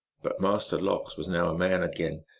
but master lox was now a man again,